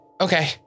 Okay